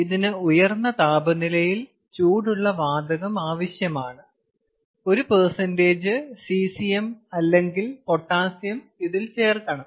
ഇതിന് ഉയർന്ന താപനിലയിൽ ചൂടുള്ള വാതകം ആവശ്യമാണ് 1 സീസിയം അല്ലെങ്കിൽ പൊട്ടാസ്യം ഇതിൽ ചേർക്കണം